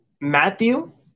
Matthew